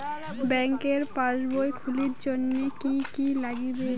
ব্যাঙ্কের পাসবই খুলির জন্যে কি কি নাগিবে?